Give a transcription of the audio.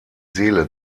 seele